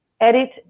edit